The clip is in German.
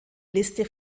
liste